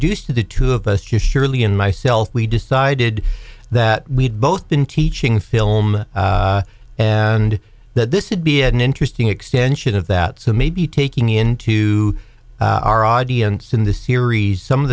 reduced to the two of us you surely and myself we decided that we'd both been teaching film and that this would be an interesting extension of that so maybe taking into our audience in the series some of